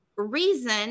reason